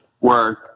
work